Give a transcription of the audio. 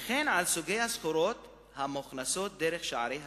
וכן על סוגי הסחורות המוכנסות דרך שערי העיר.